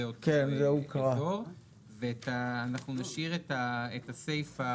אנחנו נשאיר את הסייפא